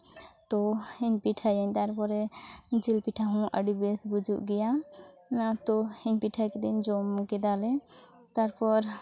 ᱛᱚ ᱤᱧ ᱯᱤᱴᱷᱟᱹᱭᱟᱹᱧ ᱛᱟᱨᱯᱚᱨᱮ ᱡᱤᱞ ᱯᱤᱴᱷᱟᱹ ᱦᱚᱸ ᱟᱹᱰᱤ ᱵᱮᱥ ᱵᱩᱡᱩᱜ ᱜᱮᱭᱟ ᱚᱱᱟ ᱛᱚ ᱤᱧ ᱯᱤᱴᱷᱟᱹ ᱠᱮᱫᱟ ᱡᱚᱢ ᱠᱮᱫᱟ ᱞᱮ ᱛᱟᱨᱯᱚᱨ